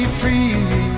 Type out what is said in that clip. free